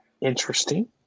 Interesting